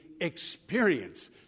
experience